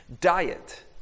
Diet